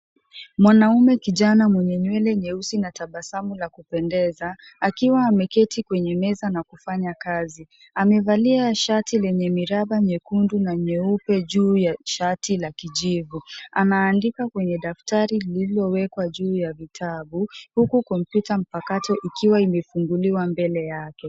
Mwanaume kijana mwenye nywele nyeusi na tabasamu la kupendeza akiwa ameketi kwenye meza na kufanya kazi. Amevalia shati lenye miraba nyekundu na nyeupe juu ua shati la kijivu. Anaandika kwenye daftari lililowekwa juu ya vitabu huku kompyuta mpakato ikiwa imefunguliwa mbele yake.